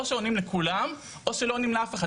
או שעונים לכולם, או שלא עונים לאף אחד.